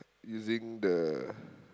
using the